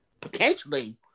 potentially